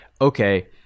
okay